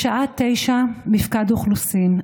בשעה 09:00 מפקד אוכלוסין.